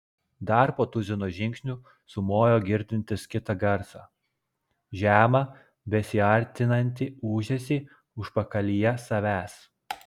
dar po tuzino žingsnių sumojo girdintis kitą garsą žemą besiartinantį ūžesį užpakalyje savęs